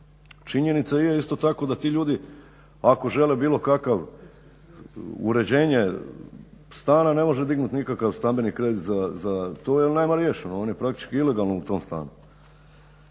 Činjenica je isto tako da ti ljudi ako žele bilo kakav uređenje stana ne može dignut nikakav stambeni kredit za to jer nema riješeno. On je praktički ilegalno u tom stanu.